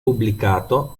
pubblicato